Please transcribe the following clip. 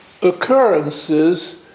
Occurrences